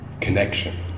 connection